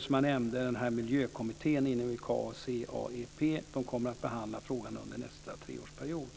Som jag nämnde kommer miljökommittén inom ICAO, CA EP, att behandla frågan under nästa treårsperiod.